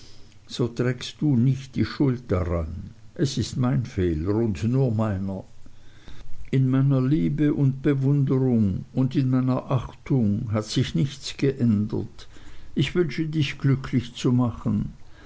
so trägst du nicht die schuld daran es ist mein fehler und nur meiner in meiner liebe und bewunderung und in meiner achtung hat sich nichts geändert ich wünsche dich glücklich zu machen